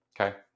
okay